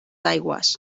aigües